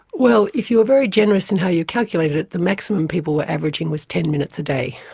well, if you were very generous in how you calculated it, the maximum people were averaging was ten minutes a day.